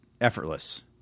effortless